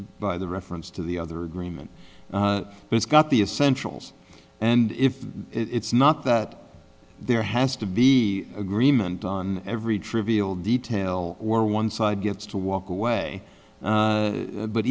by the reference to the other agreement but it's got the essentials and if it's not that there has to be agreement on every trivial detail or one side gets to walk away